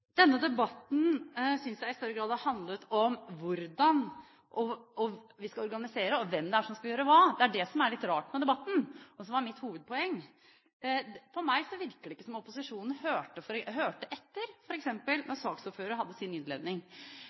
Denne debatten synes jeg i større grad har handlet om hvordan vi skal organisere, og hvem som skal gjøre hva. Det er det som er litt rart med debatten, og som var mitt hovedpoeng. For meg virker det ikke som om opposisjonen hørte etter, f.eks. når saksordføreren hadde sin innledning,